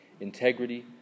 integrity